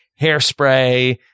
hairspray